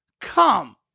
come